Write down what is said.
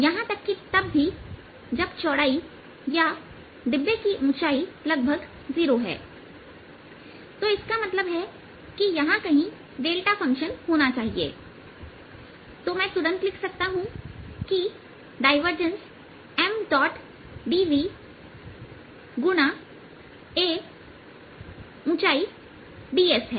यहां तक कि तब भी जब चौड़ाई या डिब्बे की ऊंचाई लगभग 0 है तो इसका मतलब है कि यहां कहीं डेल्टा फंक्शन होना चाहिए तो मैं तुरंत लिख सकता हूं कि डायवर्जेंस Mdvगुणा a है ऊंचाई ds है